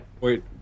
wait